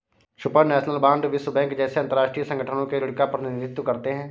supranational bond विश्व bank जैसे अंतरराष्ट्रीय संगठनों के ऋण का प्रतिनिधित्व करते हैं